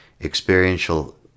experiential